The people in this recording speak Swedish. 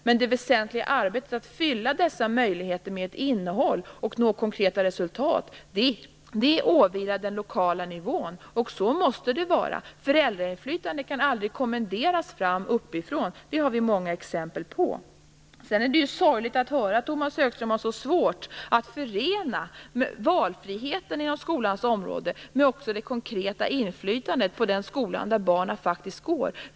Men det väsentliga arbetet att fylla dessa möjligheter med ett innehåll och nå konkreta resultat åvilar den lokala nivån. Så måste det vara. Föräldrainflytandet kan aldrig kommenderas fram uppifrån, det har vi många exempel på. Det är sorgligt att höra att Tomas Högström har så svårt att förena valfriheten inom skolans område med det konkreta inflytandet på den skola där barnen faktiskt går.